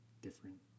different